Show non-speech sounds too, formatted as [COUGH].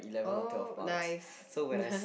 oh nice [NOISE]